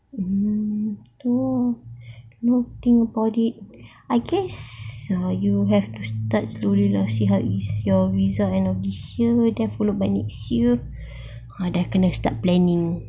hmm don't don't think about it I guess you have to start slowly lah see how it is your results end of this year then followed by next year dah kena start planning